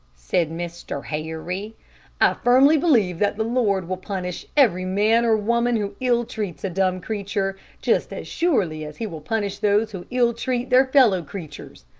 said mr. harry. i firmly believe that the lord will punish every man or woman who ill-treats a dumb creature just as surely as he will punish those who ill-treat their fellow-creatures.